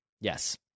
Yes